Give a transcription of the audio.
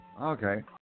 Okay